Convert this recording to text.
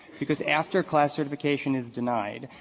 because after class certification is denied,